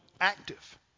active